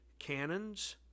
Cannons